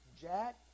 Jack